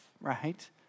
right